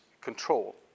control